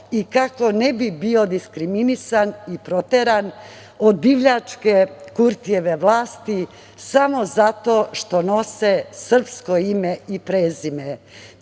i kako ne bi bio diskriminisan i proteran od divljačke Kurtijeve vlasti samo zato što nose srpsko ime i prezime.